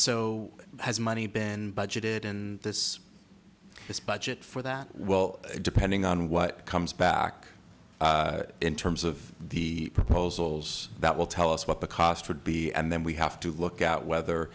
so has money been budgeted in this its budget for that well depending on what comes back in terms of the proposals that will tell us what the cost would be and then we have to look out whether